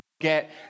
get